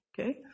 okay